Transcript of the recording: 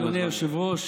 אדוני היושב-ראש,